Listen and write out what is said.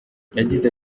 yagize